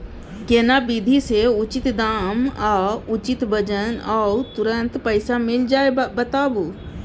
केना विधी से उचित दाम आ उचित वजन आ तुरंत पैसा मिल जाय बताबू?